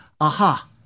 aha